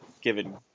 given